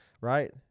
Right